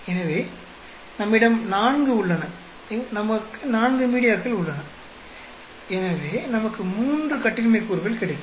எனவே நம்மிடம் நான்கு உள்ளன எங்களுக்கு நான்கு மீடியாக்கள் உள்ளன எனவே நமக்கு 3 கட்டின்மை கூறுகள் கிடைக்கும்